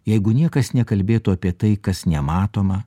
jeigu niekas nekalbėtų apie tai kas nematoma